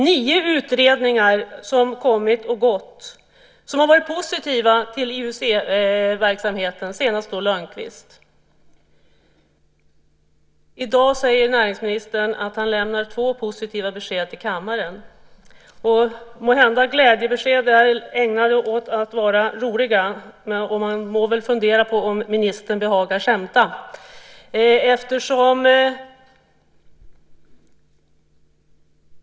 Nio utredningar har kommit och gått, som har varit positiva till IUC-verksamheten. Senast var det Lönnqvist. I dag säger näringsministern att han lämnar två positiva besked till kammaren. Måhända är glädjebesked ägnade att vara roliga, och man må väl fundera över om ministern behagar skämta.